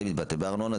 זה מתבטא בארנונה,